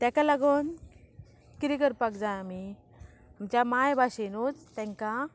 ताका लागून किदें करपाक जाय आमी आमच्या मायभाशेनूच तांकां